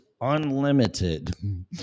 unlimited